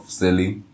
selling